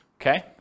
okay